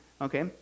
Okay